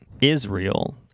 Israel